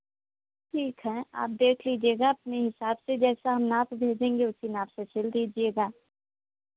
ठीक है आप देख लीजिएगा अपने हिसाब से जैसा हम नाप भेजेंगे उसी नाप से सिल दीजिएगा